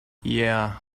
yeah